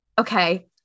okay